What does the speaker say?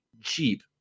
cheap